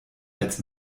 als